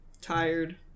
tired